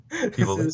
people